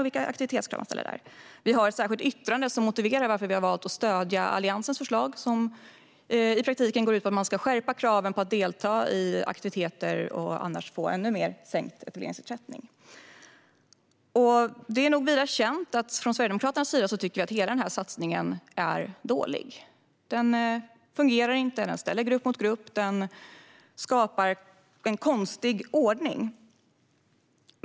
Vi har ett särskilt yttrande där vi motiverar varför vi har valt att stödja Alliansens förslag som i praktiken går ut på att man ska skärpa kraven på att delta i aktiviteter, annars kan det bli en ännu mer sänkt etableringsersättning. Det är nog vida känt att vi från Sverigedemokraterna tycker hela satsningen är dålig. Den fungerar inte, den ställer grupp mot grupp och den skapar en konstig ordning.